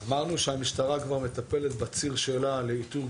אמרנו שהמשטרה כבר מטפלת בציר שלה לאיתור,